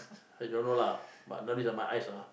I don't know lah but nowadays ah my eyes ah